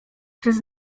przez